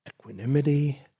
equanimity